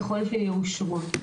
ככל שיאושרו,